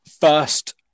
first